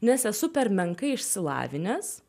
nes esu per menkai išsilavinęs